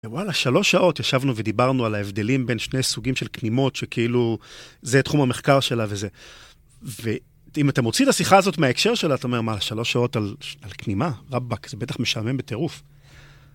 וואלה, שלוש שעות ישבנו ודיברנו על ההבדלים בין שני סוגים של כנימות שכאילו זה תחום המחקר שלה וזה. ואם אתה מוציא את השיחה הזאת מההקשר שלה, אתה אומר, מה, שלוש שעות על כנימה? רבאק, זה בטח משעמם בטירוף.